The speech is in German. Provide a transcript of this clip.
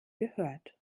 gehört